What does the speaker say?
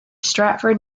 stratford